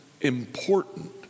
important